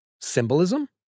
Symbolism